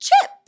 Chip